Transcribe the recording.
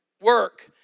work